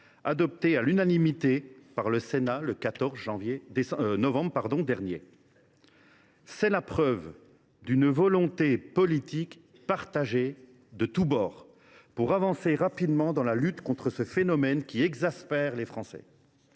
adoptée à l’unanimité par le Sénat le 14 novembre dernier. C’est la preuve qu’il existe une volonté politique partagée de tous bords d’avancer rapidement dans la lutte contre ce phénomène qui exaspère les Français.